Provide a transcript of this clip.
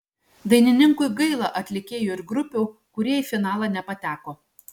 dainininkui gaila atlikėjų ir grupių kurie į finalą nepateko